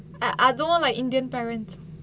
அதுவும்:athuvum like indian parent